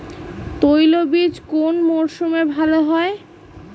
তৈলবীজ কোন মরশুমে ভাল হয়?